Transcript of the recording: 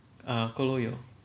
err gu lou yok